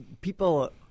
People